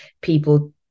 people